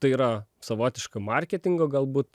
tai yra savotiška marketingo galbūt